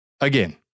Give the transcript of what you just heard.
again